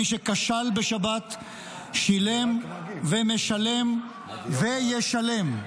מי שכשל בשבת, שילם ומשלם וישלם.